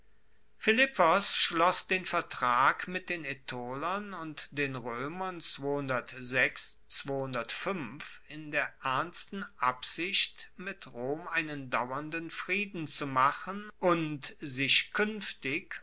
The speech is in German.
philippos schloss den vertrag mit den aetolern und den roemern in der ernsten absicht mit rom einen dauernden frieden zu machen und sich kuenftig